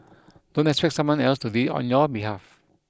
don't expect someone else to do it on your behalf